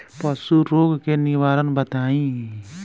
पशु रोग के निवारण बताई?